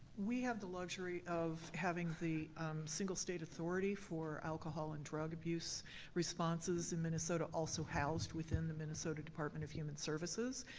we have the luxury of having the single state authority for alcohol and drug abuse responses in minnesota also housed within the minnesota department of human services,